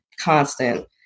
constant